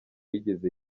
yigeze